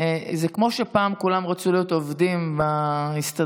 זה כמו שפעם כולם רצו להיות עובדים בהסתדרות.